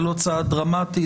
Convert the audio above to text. זה לא צעד דרמטי,